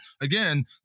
again